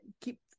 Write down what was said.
keep